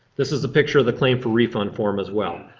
this is a picture of the claim for refund form as well.